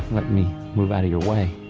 let me move out of your way.